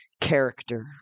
character